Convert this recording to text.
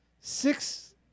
Six